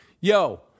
Yo